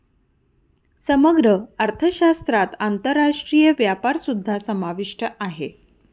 समग्र अर्थशास्त्रात आंतरराष्ट्रीय व्यापारसुद्धा समाविष्ट आहे